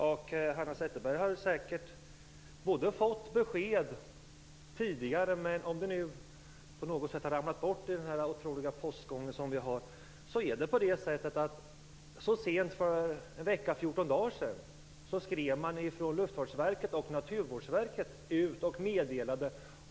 Så sent som för en vecka eller fjorton dagar sedan skrev Luftfartsverket och Naturvårdsverket och meddelade att de träffat en överenskommelse om hur de två verken skall arbeta för att tillgodose de ökade krav som vi måste ställa på flygtrafiken i framtiden.